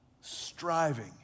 striving